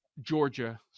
Georgia